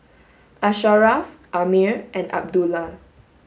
Asharaff Ammir and Abdullah